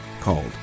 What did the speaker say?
called